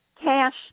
cash